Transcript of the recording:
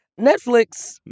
Netflix